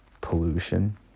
pollution